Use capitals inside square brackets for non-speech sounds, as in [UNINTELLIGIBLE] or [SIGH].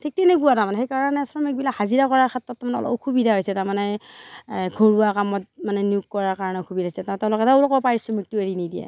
ঠিক তেনেকুৱা তাৰ মানে সেইকাৰণে শ্ৰমিকবিলাক হাজিৰা কৰাৰ ক্ষেত্ৰত তাৰ মানে অলপ অসুবিধা হৈছে তাৰ মানে ঘৰুৱা কামত মানে নিয়োগ কৰাৰ কাৰণে অসুবিধা হৈছে [UNINTELLIGIBLE] তেওঁলোকে তেওঁলোকৰ পাৰিশ্ৰমিকটো এৰি নিদিয়ে